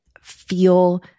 feel